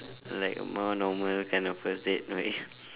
like more normal kind of first date